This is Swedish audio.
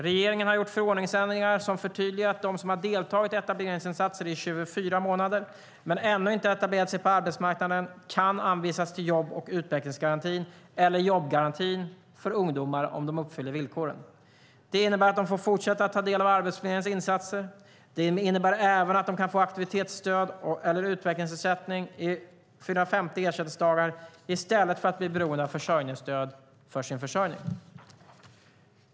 Regeringen har gjort förordningsändringar som förtydligar att de som har deltagit i etableringsinsatser i 24 månader men ännu inte etablerat sig på arbetsmarknaden kan anvisas till jobb och utvecklingsgarantin eller jobbgarantin för ungdomar om de uppfyller villkoren. Det innebär att de får fortsätta att ta del av Arbetsförmedlingens insatser. Det innebär även att de kan få aktivitetsstöd eller utvecklingsersättning i 450 ersättningsdagar i stället för att bli beroende av försörjningsstöd för sin försörjning.